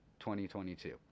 2022